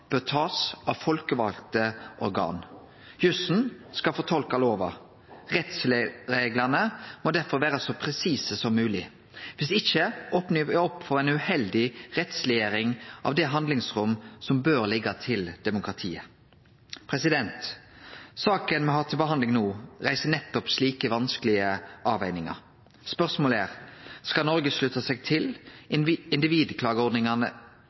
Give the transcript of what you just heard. bør bli tatt av folkevalde organ. Jussen skal fortolke lova. Rettsreglane må derfor vere så presise som mogleg. Viss ikkje opnar me opp for ei uheldig rettsleggjering av det handlingsrommet som bør liggje til demokratiet. Sakene me har til behandling no, reiser nettopp slike vanskelege avvegingar. Spørsmålet er: Skal Noreg slutte seg til